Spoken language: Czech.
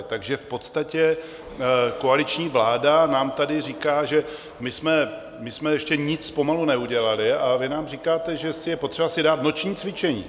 Takže v podstatě koaliční vláda nám tady říká, že my jsme ještě nic pomalu neudělali, a vy nám říkáte, že je potřeba si dát noční cvičení.